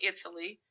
Italy